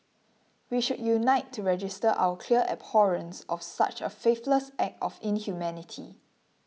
we should unite to register our clear abhorrence of such a faithless act of inhumanity